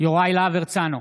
יוראי להב הרצנו,